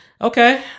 Okay